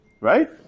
right